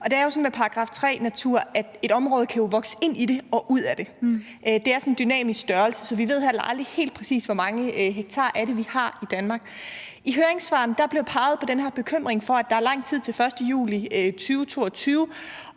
Og det er jo sådan med § 3-natur, at et område kan vokse ind i det og ud af det. Det er jo sådan en dynamisk størrelse, så vi ved heller aldrig helt præcist, hvor mange hektar af det vi har i Danmark. I høringssvarene bliver der peget på den her bekymring for, at der er lang tid til 1. juli 2022,